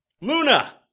Luna